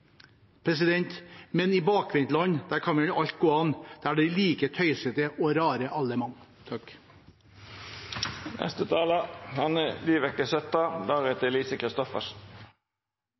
Men i bakvendtland, der kan vel alt gå an, der er de like tøysete og rare